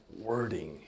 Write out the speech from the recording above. wording